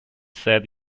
said